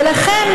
ולכן,